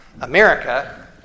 America